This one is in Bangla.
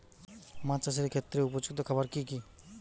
মাছ চাষের পক্ষে উপযুক্ত খাবার কি কি?